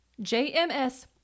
JMS